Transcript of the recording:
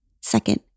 second